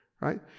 right